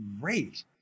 great